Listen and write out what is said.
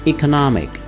Economic